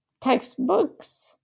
textbooks